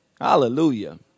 Hallelujah